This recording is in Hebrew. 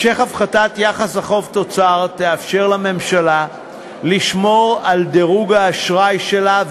המשך הפחתת יחס החוב תוצר יאפשר לממשלה לשמור על דירוג האשראי שלה,